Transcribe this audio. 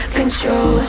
control